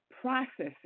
processes